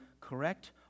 correct